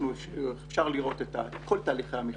אפשר לראות את כל תהליכי המכרז.